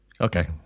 Okay